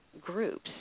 groups